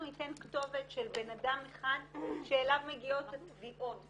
אנחנו ניתן כתובת של אדם אחד שאליו מגיעות התביעות,